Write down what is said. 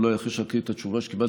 אולי לאחר שאקריא את התשובה שקיבלתי,